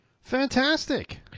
Fantastic